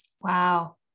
Wow